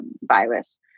virus